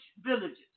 villages